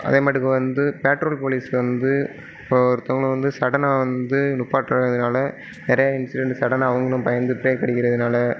அதேமாட்டுக்கு வந்து patrol police வந்து இப்போது ஒருத்தங்கள வந்து சடனாக வந்து நிப்பாட்றதுனால் நிறையா இன்சிடென்ட் சடனாக அவங்களும் பயந்து ப்ரேக் அடிக்கிறதுனால்